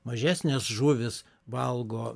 mažesnės žuvys valgo